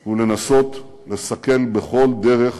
הוא לנסות לסכל בכל דרך